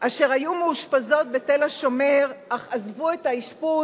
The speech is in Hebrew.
אשר היו מאושפזות ב"תל-השומר" אך עזבו את האשפוז